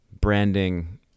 branding